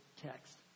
text